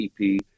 EP